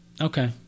okay